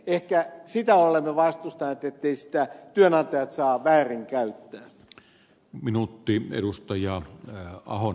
ehkä olemme vastustaneet sitä siinä mielessä etteivät sitä työnantajat saa väärinkäyttää